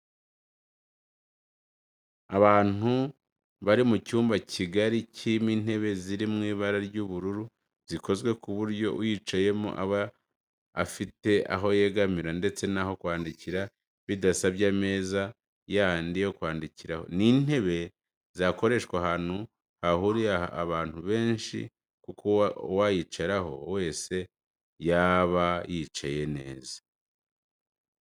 Abantu baru mu cyumba kigari kirimo intebe ziri mu ibara ry'ubururu zikozwe ku buryo uyicayeho aba afite aho yegamira ndetse n'aho kwandikira bidasabye ameza yandi yo kwandikiraho. Ni intebe zakoreshwa ahantu hahuriye abantu benshi kuko uwayicaraho wese yaba yicaye neza